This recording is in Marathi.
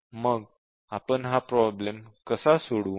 मग आपण हा प्रॉब्लेम कसा सोडवू